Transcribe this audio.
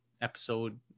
episode